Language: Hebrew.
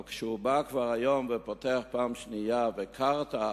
אבל כשהוא בא כבר היום ופותח פעם שנייה את חניון קרתא,